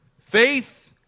Faith